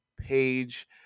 page